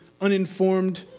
uninformed